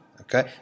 Okay